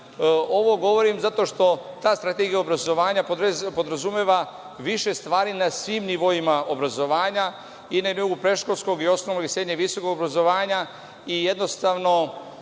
Ovo govorim zato što ta Strategija obrazovanja podrazumeva više stvari na svim nivoima obrazovanja i na nivou predškolskog, osnovnog, srednjeg i visokog obrazovanja. Jednostavno,